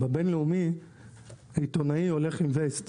בבינלאומי עיתונאי הולך עם ווסט